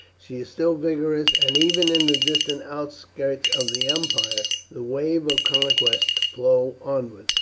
she is still vigorous, and even in the distant outskirts of the empire the wave of conquest flows onward.